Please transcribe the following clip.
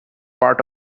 part